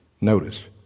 Notice